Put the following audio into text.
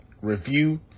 review